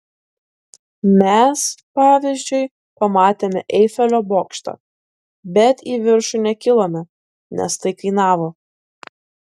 mes pavyzdžiui pamatėme eifelio bokštą bet į viršų nekilome nes tai kainavo